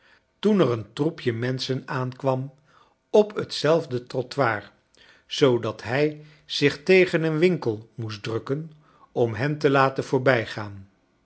toen er een troepje menschen aankwam op hetzelfde trottoir zoodat hij zich tegen een winkel moest drukken om hen te laten j voorbijgaan